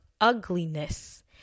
ugliness